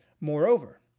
Moreover